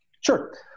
Sure